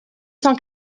cent